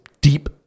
deep